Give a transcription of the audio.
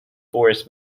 forest